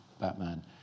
Batman